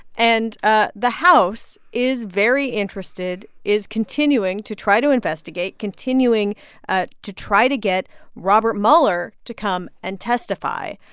and ah the house is very interested is continuing to try to investigate, continuing ah to try to get robert mueller to come and testify.